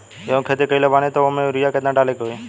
गेहूं के खेती कइले बानी त वो में युरिया केतना डाले के होई?